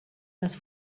les